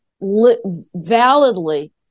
validly